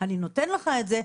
אני נותן לך את זה,